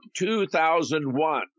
2001